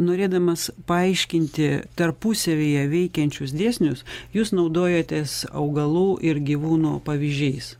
norėdamas paaiškinti tarpusavyje veikiančius dėsnius jūs naudojatės augalų ir gyvūno pavyzdžiais